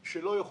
אין שום בעיה.